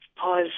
pause